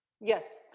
Yes